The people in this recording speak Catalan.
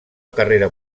carrera